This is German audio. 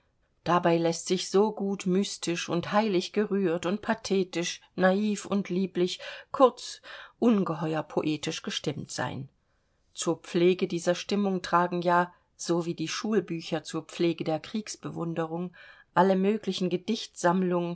dabei läßt sich so gut mystisch und heilig gerührt und pathetisch naiv und lieblich kurz ungeheuer poetisch gestimmt sein zur pflege dieser stimmung tragen ja sowie die schulbücher zur pflege der kriegsbewunderung alle möglichen